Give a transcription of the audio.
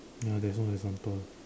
ya there's no example